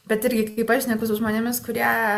bet irgi kai pašneku su žmonėmis kurie